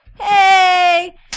Hey